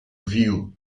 view